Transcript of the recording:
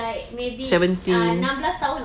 seventeen